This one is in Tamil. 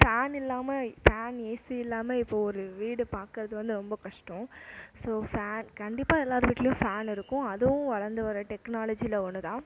ஃபேன் இல்லாம ஃபேன் ஏசி இல்லாமல் இப்போ ஒரு வீடு பார்க்குறது வந்து ரொம்ப கஷ்டம் ஸோ ஃபேன் கண்டிப்பாக எல்லார் வீட்டிலயும் ஃபேன் இருக்கும் அதுவும் வளர்ந்து வர டெக்னாலஜியில் ஒன்று தான்